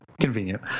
convenient